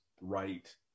right